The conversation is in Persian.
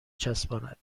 چسباند